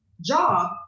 job